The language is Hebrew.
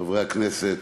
חברי הכנסת,